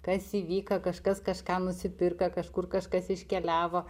kas įvyko kažkas kažką nusipirko kažkur kažkas iškeliavo